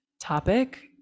topic